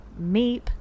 Meep